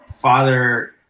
father